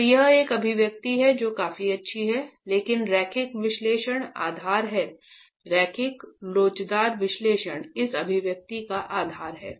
तो यह एक अभिव्यक्ति है जो काफी अच्छी है लेकिन रैखिक विश्लेषण आधार है रैखिक लोचदार विश्लेषण इस अभिव्यक्ति का आधार है